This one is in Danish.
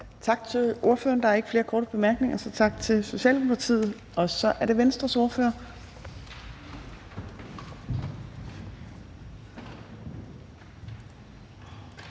Tak for det. Der er ikke nogen korte bemærkninger. Tak til Socialdemokratiets ordfører. Så er det Venstres ordfører